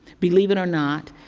believe it or not,